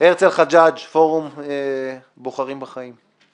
הרצל חג'אג', פורום בוחרים בחיים.